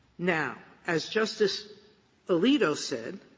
now, as justice alito said,